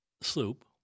sloop